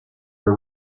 were